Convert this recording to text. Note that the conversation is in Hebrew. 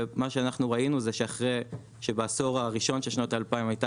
ומה שאנחנו ראינו שבעשור הראשון של שנות ה-2000 הייתה